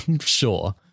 Sure